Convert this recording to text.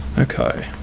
okay.